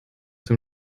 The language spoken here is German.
dem